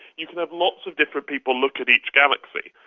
you can have lots of different people look at each galaxy.